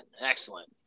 excellent